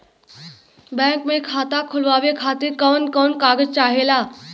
Bank मे खाता खोलवावे खातिर कवन कवन कागज चाहेला?